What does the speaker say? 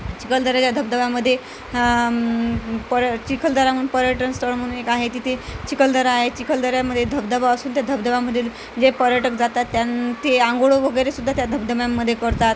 चिखलदऱ्याच्या धबधब्यामध्ये पर चिखलदरा म्हणून पर्यटनस्थळ म्हणून एक आहे तिथे चिखलदरा आहे चिखलदऱ्यामध्ये धबधबा असून त्या धबधब्यामधील जे पर्यटक जातात त्यानं ते आंघोळ वगैरे सुद्धा ते त्या धबधब्यांमध्ये करतात